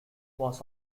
was